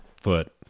foot